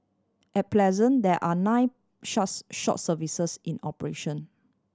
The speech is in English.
at pleasant there are nine short services in operation